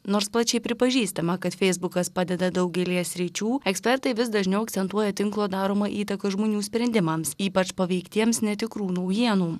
nors plačiai pripažįstama kad feisbukas padeda daugelyje sričių ekspertai vis dažniau akcentuoja tinklo daromą įtaką žmonių sprendimams ypač paveiktiems netikrų naujienų